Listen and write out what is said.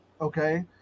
Okay